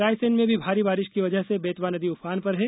रायसेन में भी भारी बारिश की वजह से बेतवा नदी उफान पर है